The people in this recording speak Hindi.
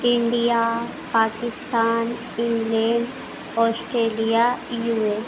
India Pakistan England Australia U S